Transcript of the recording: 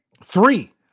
Three